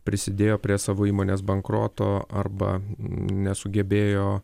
prisidėjo prie savo įmonės bankroto arba nesugebėjo